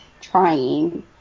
trying